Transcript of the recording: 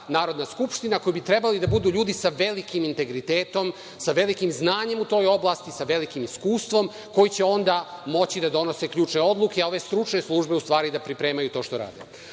Narodna skupština, koji bi trebali da budu ljudi sa velikim integritetom, sa velikim znanjem u toj oblasti, sa velikim iskustvom, koji će onda moći da donose ključne odluke, a ove stručne službe u stvari da pripremaju to što